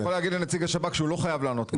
אתה יכול להגיד לנציג השב"כ שהוא לא חייב לענות.